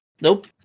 Nope